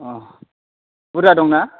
अ बुरजा दंना